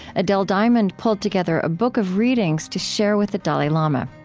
adele diamond pulled together a book of readings to share with the dalai lama,